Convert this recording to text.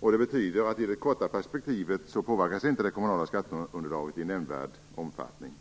Det betyder att i det korta perspektivet påverkas inte det kommunala skatteunderlaget i nämnvärd omfattning.